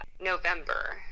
November